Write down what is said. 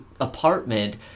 apartment